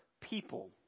people